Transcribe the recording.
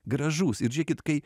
gražus ir žiūrėkit kai